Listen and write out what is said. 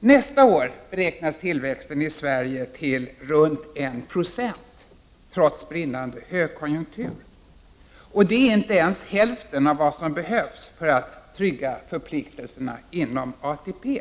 Nästa år beräknas tillväxten i Sverige ligga runt 1 70, trots brinnande högkonjunktur. Det är inte ens hälften av vad som behövs för att trygga förpliktelserna inom ATP.